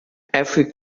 every